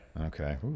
Okay